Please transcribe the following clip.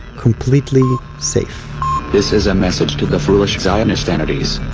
completely safe this is a message to the foolish zionist entities.